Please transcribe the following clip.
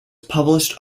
published